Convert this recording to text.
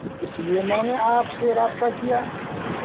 اس لیے میں نے آپ سے رابطہ کیا